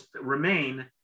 remain